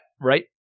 Right